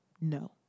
No